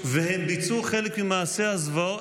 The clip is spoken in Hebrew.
והם ביצעו חלק ממעשי הזוועות.